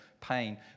pain